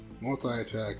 Multi-attack